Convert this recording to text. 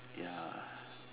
ya